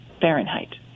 fahrenheit